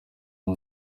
aho